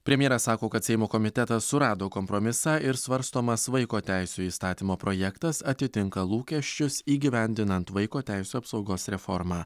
premjeras sako kad seimo komitetas surado kompromisą ir svarstomas vaiko teisių įstatymo projektas atitinka lūkesčius įgyvendinant vaiko teisių apsaugos reformą